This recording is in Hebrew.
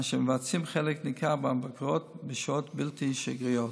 אשר מבצעים חלק ניכר מהבקרות בשעות בלתי שגרתיות.